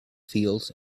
fields